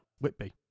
Whitby